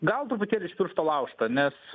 gal truputėlį iš piršto laužta nes